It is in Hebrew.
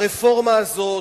הרפורמה הזאת,